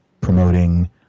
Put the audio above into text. promoting